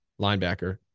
linebacker